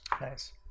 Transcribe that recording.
Nice